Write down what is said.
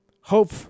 hope